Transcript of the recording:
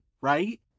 right